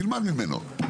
תלמד ממנו.